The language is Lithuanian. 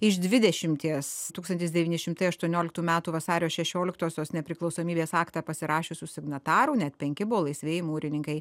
iš dvidešimties tūkstantis devyni šimtai aštuonioliktų metų vasario šešioliktosios nepriklausomybės aktą pasirašiusių signatarų net penki buvo laisvieji mūrininkai